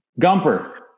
Gumper